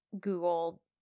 Google